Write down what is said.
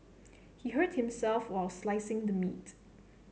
he hurt himself while slicing the meat